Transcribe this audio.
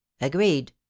Agreed